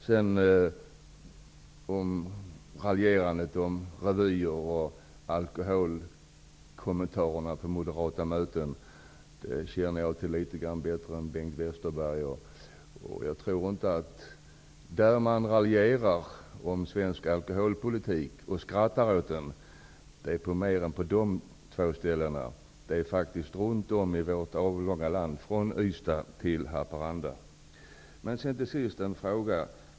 Vad gäller raljerandet om revyer och alkoholkommentarer på moderata möten, som jag känner till litet bättre än Bengt Westerberg, vill jag säga att man skrattar åt svensk alkoholpolitik också på andra håll än dessa. Det gör man faktiskt runt om i vårt avlånga land, från Ystad till Haparanda. Till sist en fråga.